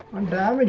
and in